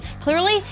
Clearly